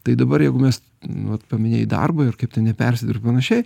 tai dabar jeigu mes nu vat paminėjai darbą ir kaip tai nepersidirbt panašiai